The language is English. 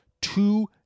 two